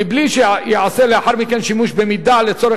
מבלי שייעשה לאחר מכן שימוש במידע לצורך